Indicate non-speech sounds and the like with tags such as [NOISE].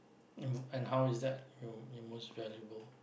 [NOISE] and how is that your your most valuable